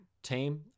team